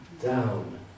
down